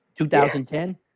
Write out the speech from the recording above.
2010